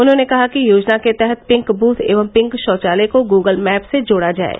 उन्होंने कहा कि योजना के तहत पिंक बूथ एवं पिंक शौचालय को गूगल मैप से जोड़ा जाये